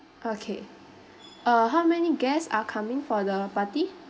okay uh how many guests are coming for the party